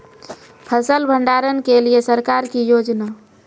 फसल भंडारण के लिए सरकार की योजना?